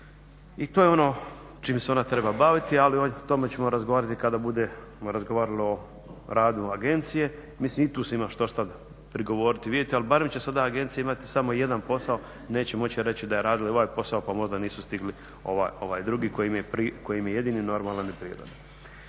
i to je ono čime se ona treba baviti, ali o tome ćemo razgovarati kada budemo razgovarali o radu agencije. Mislim i tu se ima štošta prigovoriti i vidjeti, ali barem će sada agencija imati samo jedan posao, neće moći reći da je radila i ovaj posao pa možda nisu stigli ovaj drugi koji im je jedini normalan i prirodan.